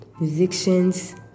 musicians